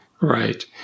Right